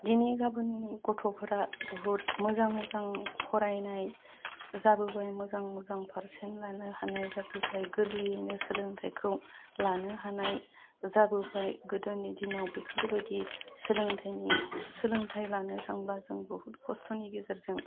दिनै गाबोननि गथ'फोरा बहुद मोजां मोजां फरायनाय जाबोबाय मोजां मोजां पारसेन्ट लानो हानाय जाबोबाय गोरलैयैनो सोलोंथाइखौ लानो हानाय जाबोबाय गोदोनि दिनाव बेफोरबायदि सोलोंथाइनि सोलोंथाइ लानो थांब्ला जों बहुद खस्थ'नि गेजेरजों